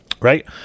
right